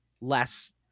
less